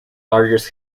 largest